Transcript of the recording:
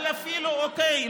אבל אוקיי,